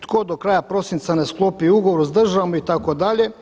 Tko do kraja prosinca ne sklopi ugovor s državom itd.